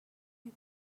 you